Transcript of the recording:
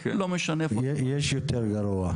יש יותר גרוע.